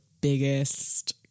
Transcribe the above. biggest